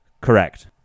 correct